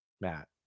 matt